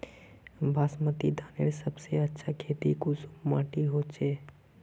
बासमती धानेर सबसे अच्छा खेती कुंसम माटी होचए?